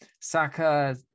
Saka